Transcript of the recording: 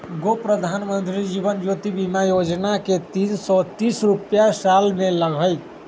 गो प्रधानमंत्री जीवन ज्योति बीमा योजना है तीन सौ तीस रुपए साल में लगहई?